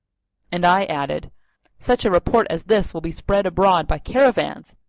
and i added such a report as this will be spread abroad by caravans,